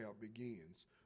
begins